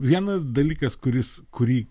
vienas dalykas kuris kurį